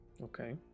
Okay